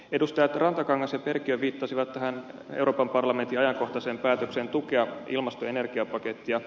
edustajat rantakangas ja perkiö viittasivat euroopan parlamentin ajankohtaiseen päätökseen tukea ilmasto ja energiapakettia